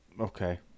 Okay